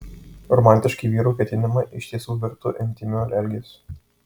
romantiški vyrų ketinimai iš tiesų virto intymiu elgesiu